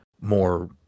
more